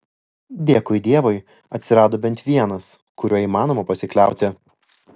dėkui dievui atsirado bent vienas kuriuo įmanoma pasikliauti